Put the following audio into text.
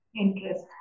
interest